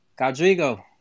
Godrigo